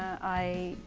i,